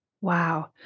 Wow